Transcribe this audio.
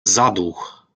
zaduch